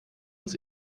uns